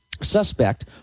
suspect